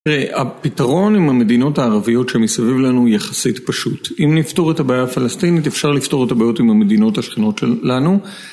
תראה, הפתרון עם המדינות הערביות שמסביב לנו יחסית פשוט. אם נפתור את הבעיה הפלסטינית, אפשר לפתור את הבעיות עם המדינות השכנות שלנו.